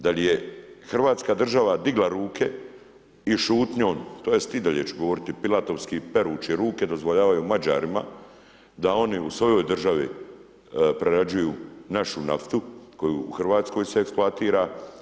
Da li je Hrvatska država digla ruke i šutnjom, tj. i dalje ću govoriti pilatovski perući ruke dozvoljavaju Mađarima da oni u svojoj državi prerađuju našu naftu koju u Hrvatskoj se eksploatira.